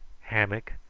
hammock,